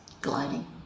gliding